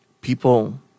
people